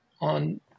on